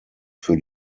für